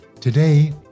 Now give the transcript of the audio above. Today